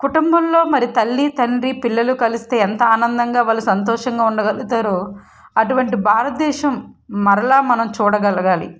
కుటుంబంలో మరి తల్లి తండ్రి పిల్లలు కలిస్తే ఎంత ఆనందంగా వాళ్ళు సంతోషంగా ఉండగలుగుతారో అటువంటి భారతదేశం మరలా మనం చూడగలగాలి